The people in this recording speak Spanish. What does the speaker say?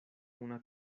una